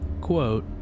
quote